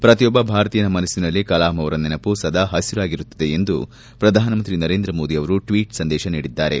ಪ್ರತಿಯೊಬ್ಬ ಭಾರತೀಯನ ಮನಸ್ಸಿನಲ್ಲಿ ಕಲಾಂ ಅವರ ನೆನಪು ಸದಾ ಹಸಿರಾಗಿರುತ್ತದೆ ಎಂದು ಪ್ರಧಾನಮಂತ್ರಿ ನರೇಂದ್ರಮೋದಿ ಅವರು ಟ್ವೀಟ್ ಸಂದೇಶ ನೀಡಿದ್ದಾರೆ